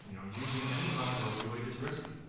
you know using any amount of opioid is risky,